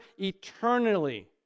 eternally